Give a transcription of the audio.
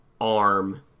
arm